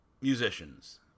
musicians